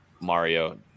Mario